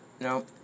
No